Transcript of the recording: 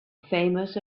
famous